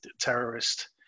terrorist